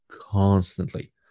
constantly